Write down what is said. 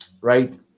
right